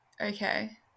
Okay